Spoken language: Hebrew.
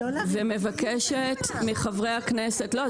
-- ומבקשת מחברי הכנסת ------ זה